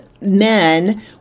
men